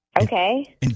okay